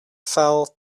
foul